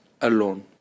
alone